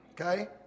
Okay